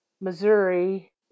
Missouri